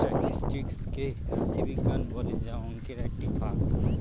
statistics কে রাশি বিজ্ঞান বলে যা অংকের একটি ভাগ